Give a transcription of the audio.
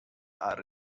are